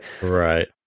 right